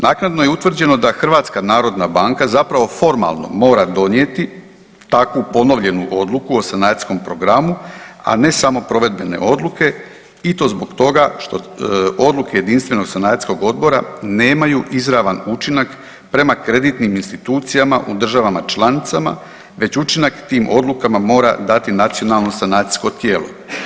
Naknadno je utvrđeno da HNB zapravo formalno mora donijeti takvu ponovljenu odluku o sanacijskom programu, a ne samo provedbene odluke i to zbog toga što odluke jedinstvenog sanacijskog odbora nemaju izravan učinak prema kreditnim institucijama u državama članicama, već učinak tim odlukama mora dati nacionalno sanacijsko tijelo.